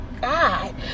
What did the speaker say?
God